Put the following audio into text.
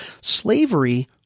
slavery